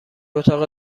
اتاق